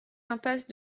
impasse